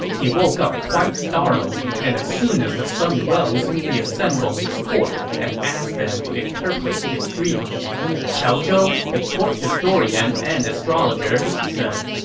he woke up quite startled, and as soon as the sun rose, he assembled his court and asked them to interpret the dream qiao zhou, the court historian and astrologer, said,